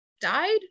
died